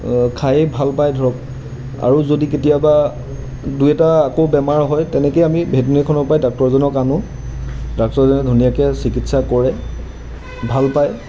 খাইয়ে ভাল পায় ধৰক আৰু যদি কেতিয়াবা দুই এটা আকৌ বেমাৰ হয় তেনেকেই আমি ভেটিনেৰীখনৰ পৰাই ডাক্তৰজনক আনোঁ ডাক্টৰজনে ধুনীয়াকৈ চিকিৎসা কৰে ভাল পায়